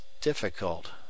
difficult